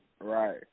Right